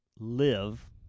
Live